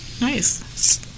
Nice